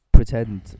pretend